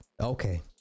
Okay